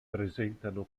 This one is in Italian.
presentano